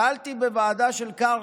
שאלתי בוועדה של קרעי,